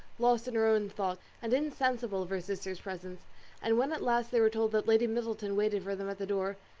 lost in her own thoughts, and insensible of her sister's presence and when at last they were told that lady middleton waited for them at the door,